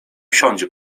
wsiądzie